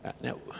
Now